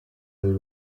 del